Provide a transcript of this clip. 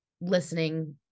listening